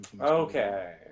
Okay